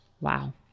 Wow